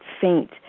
faint